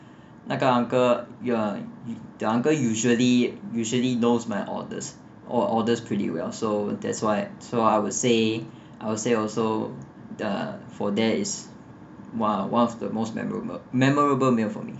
那个 uncle ya the uncle usually usually knows my orders all orders pretty well so that's why so I would say I would say also the for there is one one of the most memorable memorable meal for me